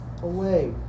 away